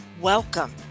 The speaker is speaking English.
Welcome